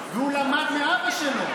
והוא למד מאבא שלו.